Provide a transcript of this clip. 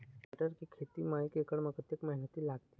मटर के खेती म एक एकड़ म कतक मेहनती लागथे?